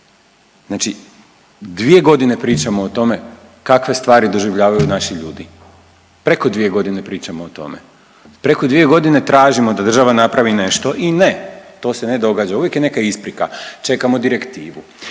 Znači dvije godine pričamo o tome kakve stvari doživljavaju naši ljudi, preko dvije godine pričamo o tome. Preko dvije godine tražimo da država napravi nešto i ne, to se ne događa. Uvijek je neka isprika čekamo direktivu,